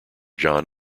john